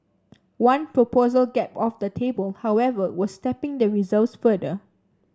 one proposal kept off the table however was tapping the reserves further